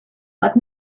but